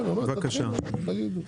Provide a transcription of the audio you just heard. כן תגידו.